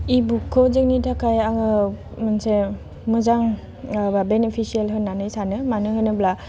इबुकखौ जोंनि थाखाय आङो मोनसे मोजां बिनिफिसियेल होननानै सानो मानो होनोब्ला